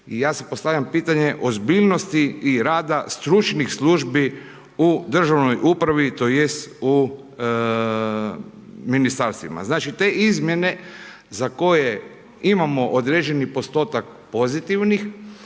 i ja sad postavljam pitanje ozbiljnosti i rada stručnih službi u državnoj upravi, tj. u ministarstvima. Znači te izmjene za koje imamo određeni postotak pozitivnih